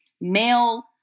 male